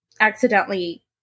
accidentally